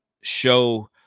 show